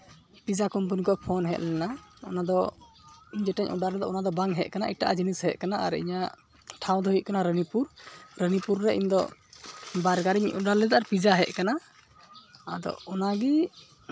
pizza company ᱠᱚᱣᱟᱜ phone ᱦᱮᱡ ᱞᱮᱱᱟ ᱚᱱᱟᱫᱚ ᱡᱮᱴᱟᱧ ᱚᱰᱟᱨ ᱞᱮᱫᱟ ᱚᱱᱟᱫᱚ ᱵᱟᱝ ᱦᱮᱡ ᱠᱟᱱᱟ ᱮᱴᱟᱜ ᱟᱜ ᱡᱤᱱᱤᱥ ᱦᱮᱡ ᱠᱟᱱᱟ ᱟᱨ ᱤᱧᱟᱹᱜ ᱴᱷᱟᱶ ᱫᱚ ᱦᱩᱭᱩᱜ ᱠᱟᱱᱟ ᱨᱟᱱᱤᱯᱩᱨ ᱨᱟᱱᱤᱯᱩᱨ ᱨᱮ ᱤᱧᱫᱚ ᱵᱟᱨᱜᱟᱨ ᱤᱧ ᱚᱰᱟᱨ ᱞᱮᱫᱟ ᱟᱨ ᱯᱤᱡᱡᱟ ᱦᱮᱡ ᱠᱟᱱᱟ ᱟᱫᱚ ᱚᱱᱟᱜᱮ